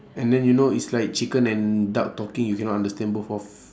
and then you know it's like chicken and duck talking you cannot understand both of